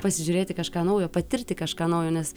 pasižiūrėti kažką naujo patirti kažką naujo nes